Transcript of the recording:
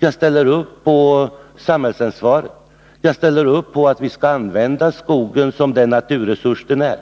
Jag ställer upp för samhällsansvaret, och jag ställer upp för att vi skall använda skogen som den naturresurs den är